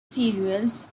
serials